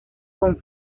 con